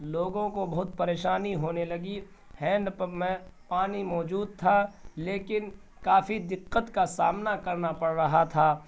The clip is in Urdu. لوگوں کو بہت پریشانی ہونے لگی ہینڈ پمپ میں پانی موجود تھا لیکن کافی دقت کا سامنا کرنا پڑ رہا تھا